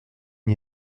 n’y